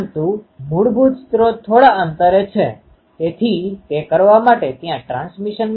તેથી આપણે આમાંથી જોયું તેમ મૂળભૂત રીતે હું લખી શકું છું કે r1 એ બીજું કંઈ નહી પરંતુ r d2 cos ϕ અને r2 એ rd2 cos ϕ છે